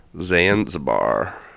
Zanzibar